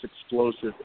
explosive